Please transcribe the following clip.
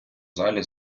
залі